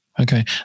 okay